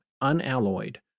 unalloyed